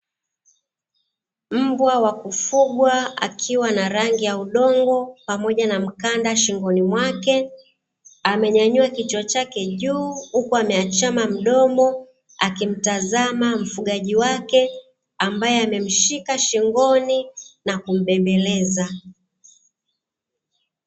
Mbwa wa kufugwa akiwa na rangi ya udongo pamoja na mkanda shingoni mwake amenyanyua kichwa chake juu, huku ameachama mdomo akimtazama mfugaji wake ambaye amemshika shingoni na kumbembeleza.